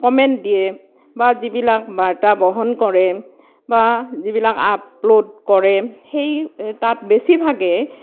comment দিয়ে বা যিবিলাক বাৰ্তা বহন কৰে বা যিবিলাক আপলোড কৰে সেই তাত বেছিভাগেই